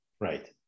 Right